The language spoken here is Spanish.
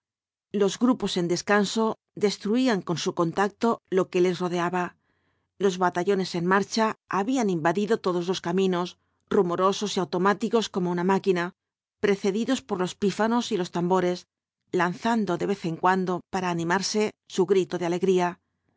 los grupos en descanso destruían con su contacto lo que les rodeaba los batallones en marcha habían invadido todos los caminos rumorosos y automáticos como una máquina precedidos por los pífanos y los tambores lanzando de vez en cuando para animarse su grito de alegría